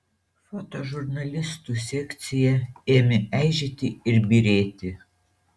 fotožurnalistų sekcija ėmė eižėti ir byrėti